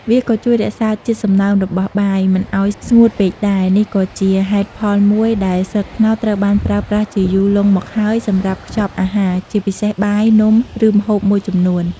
វាក៏ជួយរក្សាជាតិសំណើមរបស់បាយ មិនឲ្យស្ងួតលឿនពេកដែរ នេះក៏ជាហេតុផលមួយដែលស្លឹកត្នោតត្រូវបានប្រើប្រាស់ជាយូរលង់មកហើយសម្រាប់ខ្ចប់អាហារ ជាពិសេសបាយ នំ ឬម្ហូបមួយចំនួន។